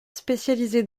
spécialisé